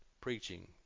preaching